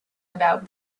about